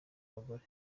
abagore